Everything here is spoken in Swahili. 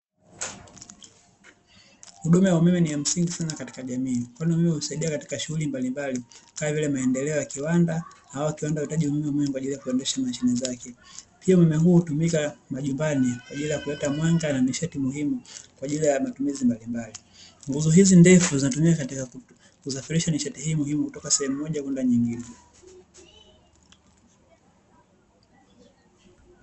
Huduma ya umeme ni ya msingi sana katika jamii kwani umeme husaidia katika shughuli mbalimbali, kama vile maendeleo ya kiwanda, maana kiwanda huhitaji umeme mwingi kwa ajiri ya kuendesha mashine zake, pia umeme huo hutumika majumbani kwa ajili ya kuleta mwanga na nishati muhimu kwa ajili ya matumizi mbalimbali, nguzo hizi ndefu zinatumika katika kusafirisha nishati hii muhimu kutoka sehemu moja kwenda sehemu nyingine.